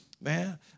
man